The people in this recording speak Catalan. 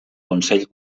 consell